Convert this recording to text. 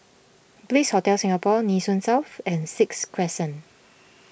Bliss Hotel Singapore Nee Soon South and Sixth Crescent